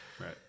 right